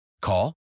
Call